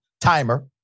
timer